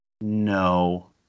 No